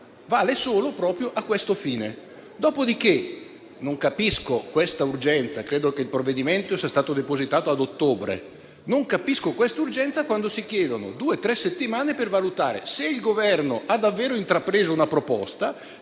vale solo a questo fine. Dopodiché, credo che il provvedimento sia stato depositato ad ottobre e non capisco l'urgenza quando si chiedono due o tre settimane per valutare: se il Governo ha davvero intrapreso una proposta,